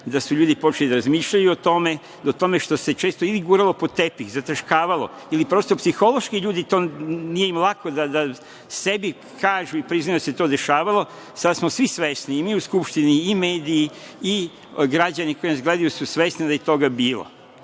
da su ljudi počeli da razmišljaju o tome, što se često ili guralo pod tepih, zataškavalo ili, prosto, psihološki ljudima nije bilo lako da sebi kažu i priznaju da se to dešavalo. Sada smo svi svesni, i mi u Skupštini i mediji i građani koji nas gledaju su svesni da je toga bilo.